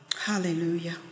Hallelujah